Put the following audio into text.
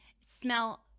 smell